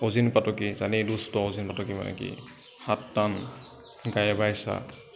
অজিন পাটকী জানেই দুষ্ট অজিন পাটকী মানে কি হাত টান গাই বাই চা